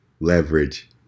leverage